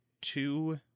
two